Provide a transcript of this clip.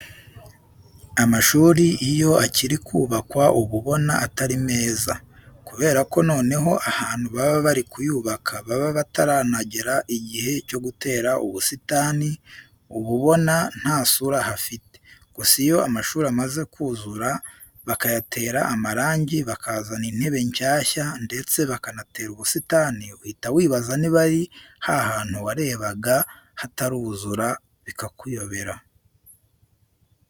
Amashuri iyo akiri kubakwa uba ubona atari meza. Kubera ko noneho ahantu baba bari kuyubaka baba bataranagera igihe cyo gutera ubusitani, uba ubona nta sura hafite. Gusa iyo amashuri amaze kuzura bakayatera amarangi, bakazana intebe nshyashya ndetse bakanatera ubusitani, uhita wibaza niba ari ha hantu warebaga hataruzura bikakuyobera.